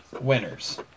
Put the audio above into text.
Winners